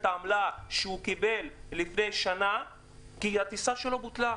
העמלה שהוא קיבל לפני שנה כי הטיסה שלו בוטלה.